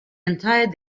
entire